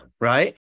right